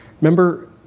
Remember